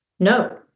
No